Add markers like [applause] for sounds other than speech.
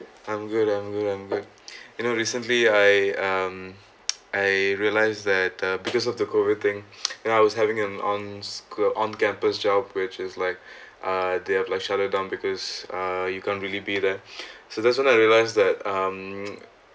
I'm good I'm good I'm good [breath] you know recently I um [noise] I realise that uh because of the COVID thing [noise] then I was having an on on campus job which is like [breath] uh they have like shut it down because uh you can't really be there [breath] so that's when I realise that um